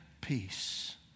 peace